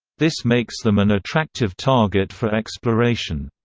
this makes them an attractive target for exploration.